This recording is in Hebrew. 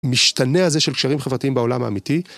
משתנה הזה של קשרים חברתיים בעולם האמיתי.